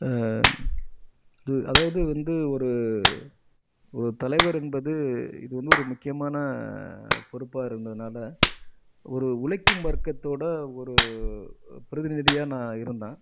அதாவது வந்து ஒரு ஒரு தலைவர் என்பது இது வந்து ஒரு முக்கியமான பொறுப்பாக இருந்ததினால ஒரு உழைக்கும் வர்க்கத்தோட ஒரு பிரதிநிதியாக நான் இருந்தேன்